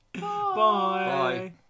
bye